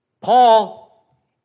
Paul